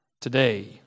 today